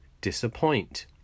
disappoint